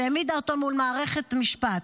שהעמידה אותו מול מערכת משפט.